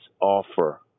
offer